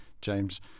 James